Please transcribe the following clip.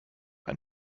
ein